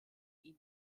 ihn